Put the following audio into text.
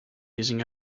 using